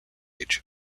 age